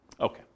Okay